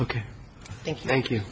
ok thank you thank you